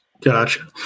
Gotcha